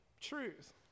truth